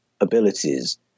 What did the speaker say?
abilities